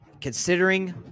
Considering